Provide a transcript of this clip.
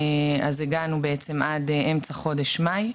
אז הגענו בעצם עד אמצע חודש מאי.